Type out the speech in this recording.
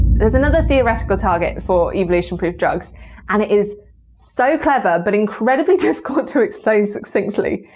there's another theoretical target for evolution-proof drugs and it is so clever but incredibly difficult to explain succinctly,